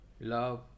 love